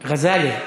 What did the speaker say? ע'זלה.